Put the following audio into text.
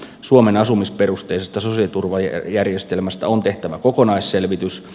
suomen asumisperusteisesta sosiaaliturvajärjestelmästä on tehtävä kokonaisselvitys